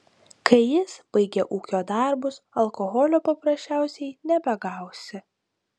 kai jis baigia ūkio darbus alkoholio paprasčiausiai nebegausi